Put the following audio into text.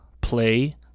play